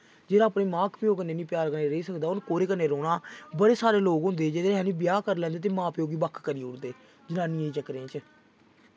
जेह्ड़ा अपने मां प्यो कन्नै निं प्यार कन्नै रेही सकदा उ'नै कोह्दे कन्नै रौह्ना बड़े सारे लोग होंदे जेह्ड़े खाल्ली ब्याह् करी लैंदे ते मां प्यो गी बक्ख करी ओड़दे जनानियें चक्करे च